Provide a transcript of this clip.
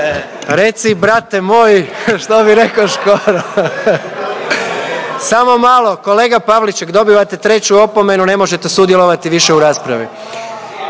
Reci brate moj, što bi reko Škoro. Samo malo, kolega Pavliček, dobivate treću opomenu, ne možete sudjelovati više u raspravi.